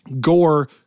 gore